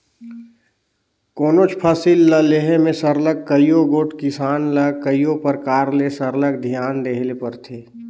कोनोच फसिल ल लेहे में सरलग कइयो गोट किसान ल कइयो परकार ले सरलग धियान देहे ले परथे